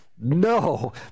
no